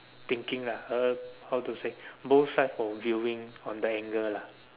thinking lah uh how to say both side for viewing on the angle lah